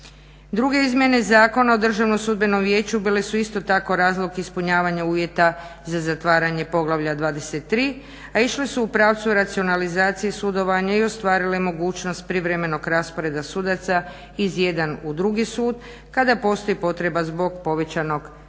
Druge izmjene Zakona o Državnom sudbenom vijeću bile su isto tako razlog ispunjavanja uvjeta za zatvaranje poglavlja 23., a išle su u pravcu racionalizacije sudovanja i ostvarile mogućnost privremenog rasporeda sudaca iz jedan u drugi sud kada postoji potreba zbog povećanog priljeva